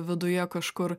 viduje kažkur